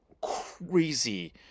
crazy